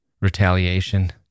retaliation